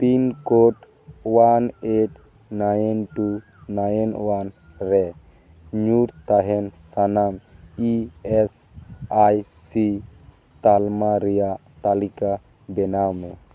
pin code one eight nine two nine one ᱨᱮ ᱧᱩᱨ ᱛᱟᱦᱮᱱ ᱥᱟᱱᱟᱢ ᱤ ᱮᱹᱥ ᱟᱭ ᱥᱤ ᱛᱟᱞᱢᱟ ᱨᱮᱭᱟᱜ ᱛᱟᱹᱞᱤᱠᱟ ᱵᱮᱱᱟᱣᱼᱢᱮ